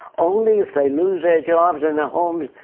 only if they lose their jobs and their homes,